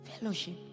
Fellowship